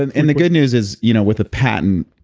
and and the good news is, you know with a patent,